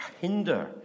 hinder